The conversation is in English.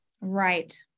Right